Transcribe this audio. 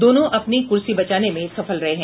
दोनों अपनी कुर्सी बचाने में सफल रहे हैं